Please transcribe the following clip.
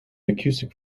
acoustic